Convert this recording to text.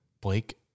Blake